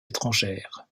étrangère